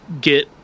get